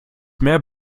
mehr